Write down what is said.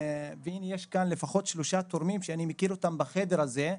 והנה יש כאן לפחות שלושה תורמים שאני מכיר אותם בחדר הזה,